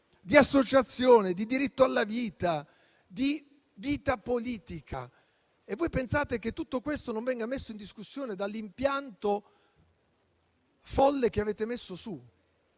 di associazione, di diritto alla vita, di vita politica. Voi pensate che tutto questo non venga messo in discussione dall'impianto folle che avete messo su?